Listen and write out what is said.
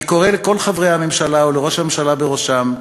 אני קורא לכל חברי הממשלה ולראש הממשלה בראשם: